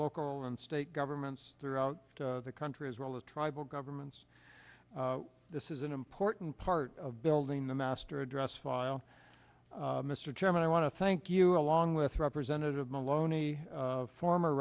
local and state governments throughout the country as well as tribal governments this is an important part of building the master address file mr chairman i want to thank you along with representative maloney former